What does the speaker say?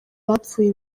bapfuye